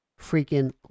freaking